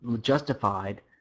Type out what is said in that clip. justified